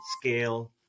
scale